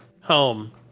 home